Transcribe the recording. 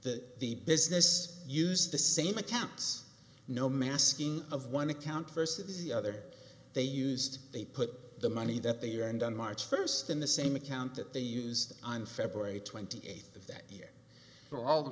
that the business use the same accounts no masking of one account versus the other they used they put the money that they were and on march first in the same account that they used on february twenty eight